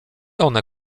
one